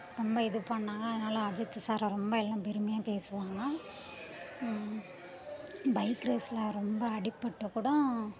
ரொம்ப இது பண்ணாங்க அதனால அஜித் சாரை ரொம்ப எல்லாம் பெருமையாக பேசுவாங்க பைக் ரேஸில் ரொம்ப அடிப்பட்டு கூடம்